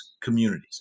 communities